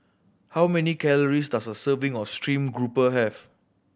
how many calories does a serving of stream grouper have